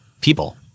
people